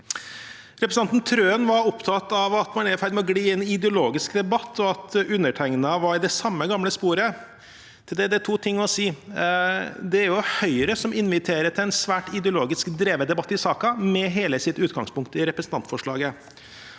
Representanten Trøen var opptatt av at man er i ferd med å gli inn i en ideologisk debatt, og at undertegnede var i det samme gamle sporet. Til det er det to ting å si. Det er jo Høyre som inviterer til en svært ideologisk drevet debatt i saken med hele sitt utgangspunkt i representantforslaget.